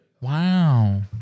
Wow